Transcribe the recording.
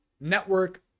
network